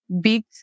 big